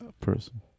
person